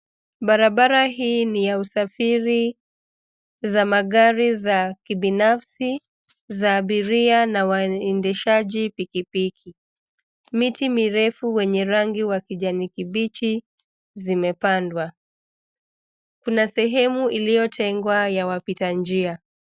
Barabara hii ni ya usafiri za magari za kibinafsi, za abiria na waendeshaji piki piki. Miti mirefu wenye rangi wa kijani kibichi zimepandwa, kuna sehemu iliyo tengwa ya wapita njia.